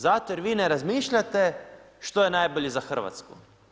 Zato što vi ne razmišljate što je najbolje za Hrvatsku.